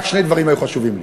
רק שני דברים היו חשובים לי: